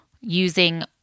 using